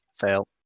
Fail